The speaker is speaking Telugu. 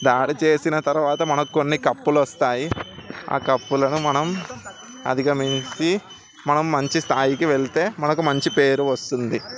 దాడి చేసిన తరువాత మనకు కొన్ని కప్పులు వస్తాయి ఆ కప్పులను మనం అధిగమించి మనం మంచి స్థాయికి వెళితే మనకి మంచి పేరు వస్తుంది